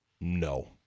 No